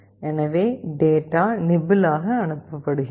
எனவே டேட்டா நிப்பிள்ளாக அனுப்பப்படுகிறது